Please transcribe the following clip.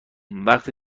وقتی